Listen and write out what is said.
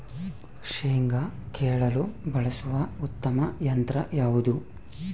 ಶೇಂಗಾ ಕೇಳಲು ಬಳಸುವ ಉತ್ತಮ ಯಂತ್ರ ಯಾವುದು?